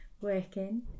working